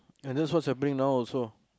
and that's what's happening now also